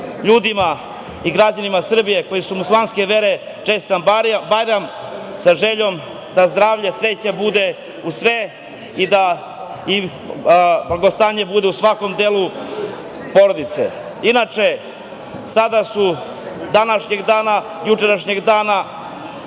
ljudima i građanima Srbije koji su muslimanske vere čestitam Bajram, sa željom da zdravlje i sreća bude uz sve i da im blagostanje bude u svakom delu porodice. Inače, današnjeg i jučerašnjeg dana